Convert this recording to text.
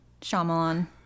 Shyamalan